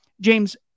James